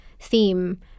theme